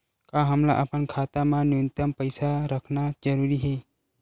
का हमला अपन खाता मा न्यूनतम पईसा रखना जरूरी हे?